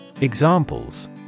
Examples